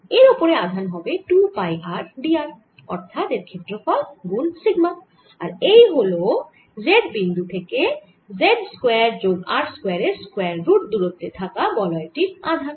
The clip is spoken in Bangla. এর ওপরে আধান হবে 2 পাই r d r অর্থাৎ এর ক্ষেত্রফল গুন সিগমা আর এই হল z বিন্দু থেকে z স্কয়ার যোগ r স্কয়ার এর স্কয়ার রুট দুরত্বে থাকা বলয় টির আধান